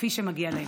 כפי שמגיע להם.